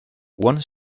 one